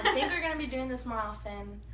and and we're going to be doing this more often.